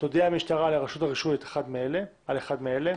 תודיע המשטרה לרשות הרישוי על אחד מאלה: